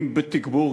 אם בתגבור,